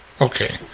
Okay